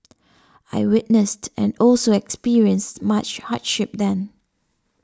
I witnessed and also experienced much hardship then